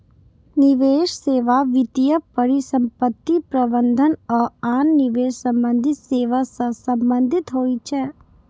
निवेश सेवा वित्तीय परिसंपत्ति प्रबंधन आ आन निवेश संबंधी सेवा सं संबंधित होइ छै